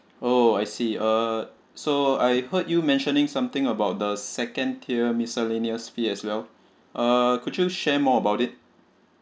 oh I see uh so I heard you mentioning something about the second tier miscellaneous fee as well err could you share more about it